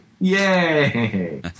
Yay